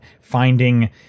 finding